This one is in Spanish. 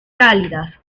cálidas